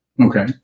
Okay